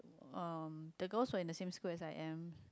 um the girls were in the same school as I am